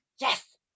yes